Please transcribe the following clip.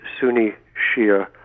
Sunni-Shia